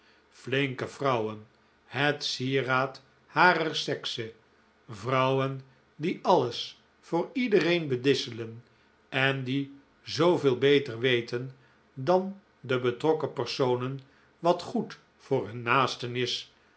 flinke vrouwen het sieraad harer sekse vrouwen die alles voor iedereen bedisselen en die zooveel beter weten dan de betrokken personen wat goed voor hun naasten is